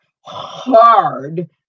Hard